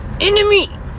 enemy